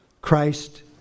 Christ